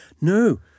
No